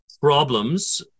problems